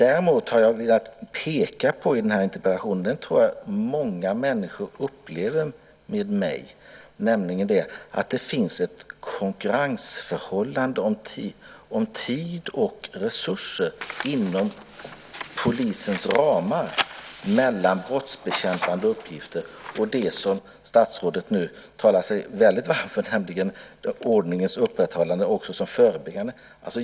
Däremot har jag i denna interpellation velat peka på något som jag tror att många människor upplever, nämligen att det finns ett konkurrensförhållande i fråga om tid och resurser inom polisens ramar mellan brottsbekämpande uppgifter och det som statsrådet nu talar sig väldigt varm för, nämligen ordningens upprätthållande, också i förebyggande syfte.